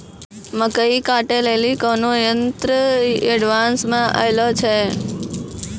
मकई कांटे ले ली कोनो यंत्र एडवांस मे अल छ?